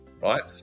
right